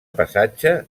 passatge